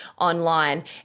online